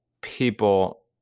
people